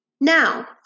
Now